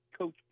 Coach